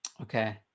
Okay